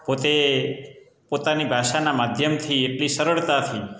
પોતે પોતાની ભાષાના માધ્યમથી એટલી સરળતાથી